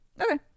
Okay